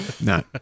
no